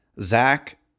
Zach